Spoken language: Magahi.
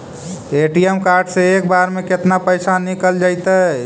ए.टी.एम कार्ड से एक बार में केतना पैसा निकल जइतै?